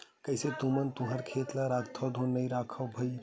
कइसे तुमन तुँहर खेत ल राखथँव धुन नइ रखव भइर?